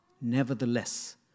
nevertheless